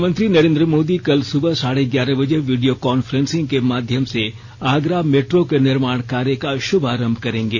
प्रधानमंत्री नरेन्द्र मोदी कल सुबह साढे ग्यारह बजे वीडियो कॉन्फ्रेंसिंग के माध्यम से आगरा मेट्रो के निर्माण कार्य का शुभारंभ करेंगे